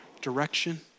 direction